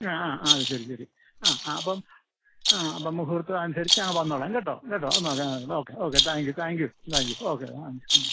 ഞ ആ ആ അത് ശരി ശരി ആ ആ അപ്പം ആ അപ്പം മുഹൂർത്തം അനുസരിച്ച് ഞങ്ങൾ വന്നോളാം കേട്ടോ കേട്ടോ എന്നാൽ ഓക്കെ ആ okay okay thank you thank you thank you okay ആ ഉം